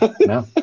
no